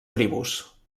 tribus